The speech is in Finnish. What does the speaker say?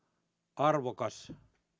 arvokas